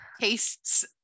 tastes